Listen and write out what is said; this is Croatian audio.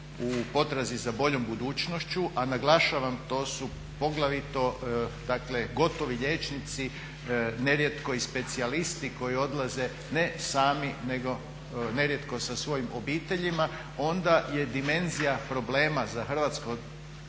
u potrazi za boljom budućnošću a naglašavam to su poglavito dakle gotovi liječnici, nerijetko i specijalisti koji odlaze ne sami nego nerijetko sa svojim obiteljima. Onda je dimenzija problema za hrvatsko